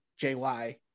JY